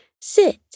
sit